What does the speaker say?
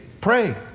pray